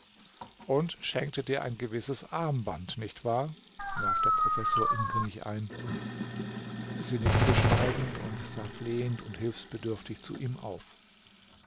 und schenkte dir ein gewisses armband nicht wahr warf der professor ingrimmig ein sie nickte schweigend und sah flehend und hilfsbedürftig zu ihm auf